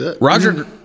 Roger